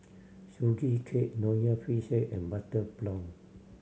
Sugee Cake Nonya Fish Head and butter prawn